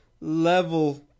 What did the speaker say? level